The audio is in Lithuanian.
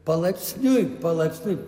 palaipsniui palaipsniui